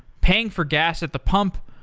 paying for gas at the pump,